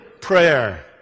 prayer